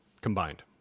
combined